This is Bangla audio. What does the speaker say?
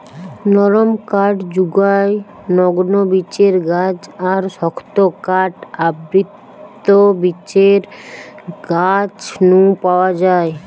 নরম কাঠ জুগায় নগ্নবীজের গাছ আর শক্ত কাঠ আবৃতবীজের গাছ নু পাওয়া যায়